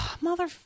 Mother